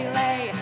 lay